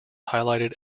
highlighted